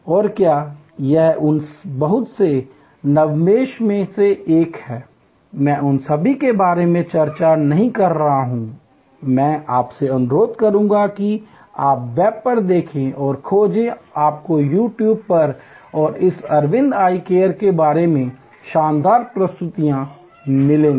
और क्या यह उन बहुत से नवोन्मेषों में से एक है मैं उन सभी के बारे में चर्चा नहीं कर रहा हूं मैं आपसे अनुरोध करूंगा कि आप वेब पर देखें और खोजें आपको You Tube पर और इस अरविंद आई केयर के बारे में शानदार प्रस्तुतियां मिलेंगी